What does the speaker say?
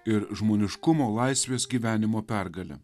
ir žmoniškumo laisvės gyvenimo pergale